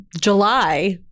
July